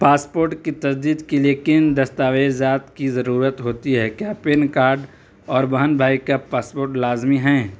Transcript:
passport کی تجدید کے لیے کن دستاویزات کی ضرورت ہوتی ہے کیا پین کارڈ اور بہن بھائی کا پاسپورٹ لازمی ہیں